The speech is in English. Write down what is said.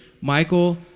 Michael